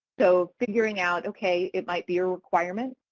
so figuring out, okay it might be a requirement.